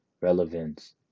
relevance